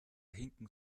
hinken